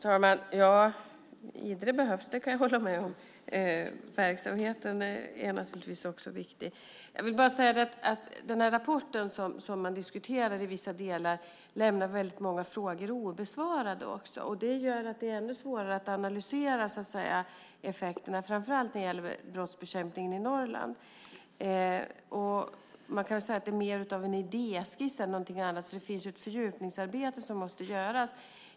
Herr talman! Att Idre behövs kan jag hålla med om. Verksamheten är naturligtvis också viktig. Rapporten som man diskuterar i vissa delar lämnar många frågor obesvarade. Det gör det ännu svårare att analysera effekterna, framför allt när det gäller brottsbekämpningen i Norrland. Det är mer av en idéskiss än något annat, så det finns ett fördjupningsarbete som måste göras.